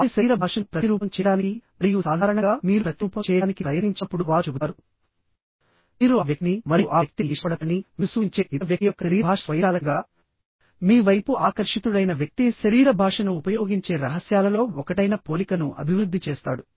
వారి శరీర భాషను ప్రతిరూపం చేయడానికి మరియు సాధారణంగా మీరు ప్రతిరూపం చేయడానికి ప్రయత్నించినప్పుడు వారు చెబుతారు మీరు ఆ వ్యక్తిని మరియు ఆ వ్యక్తిని ఇష్టపడతారని మీరు సూచించే ఇతర వ్యక్తి యొక్క శరీర భాష స్వయంచాలకంగా మీ వైపు ఆకర్షితుడైన వ్యక్తి శరీర భాషను ఉపయోగించే రహస్యాలలో ఒకటైన పోలికను అభివృద్ధి చేస్తాడు